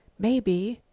maybe.